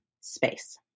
space